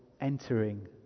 entering